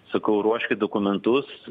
sakau ruoškit dokumentus